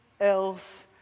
else